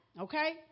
Okay